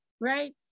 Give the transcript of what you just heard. right